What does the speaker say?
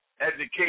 education